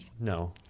No